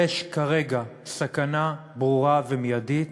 יש כרגע סכנה ברורה ומיידית